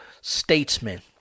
statesman